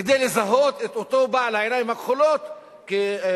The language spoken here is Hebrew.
כדי לזהות את אותו בעל העיניים הכחולות כפלסטיני?